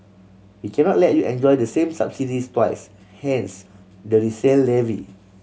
we cannot let you enjoy the same subsidies twice hence the resale levy